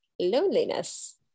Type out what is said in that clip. loneliness